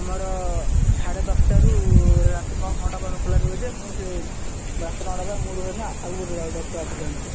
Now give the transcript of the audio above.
ଆମର ସାଢ଼େ ଦଶ ଟାରୁ ରାତି ନଅ ଟା ପର୍ଯ୍ୟନ୍ତ ଖୋଲା ରହୁ ଯେ ମୁଁ ସେ ରାତି ନଅ ଟା ପର୍ଯ୍ୟନ୍ତ ମୁଁ ରୁହେନି ଆଉ ଗୋଟେ ଡକ୍ଟର ଆସିକି ରୁହନ୍ତି